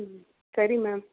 ஹ்ம் சரி மேம்